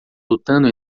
lutando